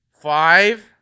five